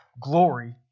Glory